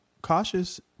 cautious